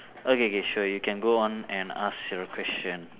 oh K K sure you can go on and ask your question